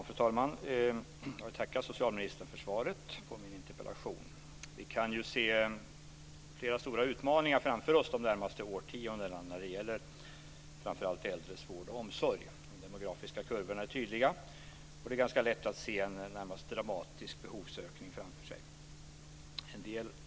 Fru talman! Jag tackar socialministern för svaret på min interpellation. Vi kan se flera stora utmaningar framför oss de närmaste årtiondena när det gäller framför allt äldres vård och omsorg. De demografiska kurvorna är tydliga, och det är ganska lätt att se en närmast dramatisk behovsökning framför sig.